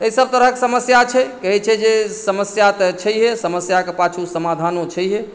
तऽ एहि सभ तरहक समस्या छै कहै छै जे समस्या तऽ छै हे समस्याके पाछु समाधानो छैहे